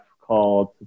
called